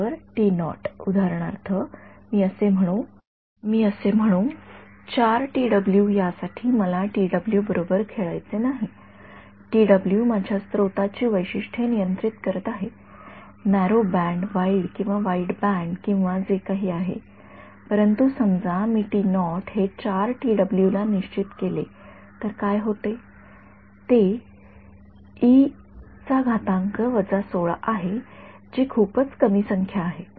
तर उदाहरणार्थ मी असे म्हणू यासाठी मला बरोबर खेळायचे नाही माझ्या स्त्रोताची वैशिष्ट्ये नियंत्रित करीत आहे नॅरो बँड वाइड किंवा वाइड बँड किंवा जे काही आहे परंतु समजा मी हे ला निश्चित केले तर काय होते ते आहे जी खूपच कमी संख्या आहे